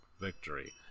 Victory